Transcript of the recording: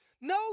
no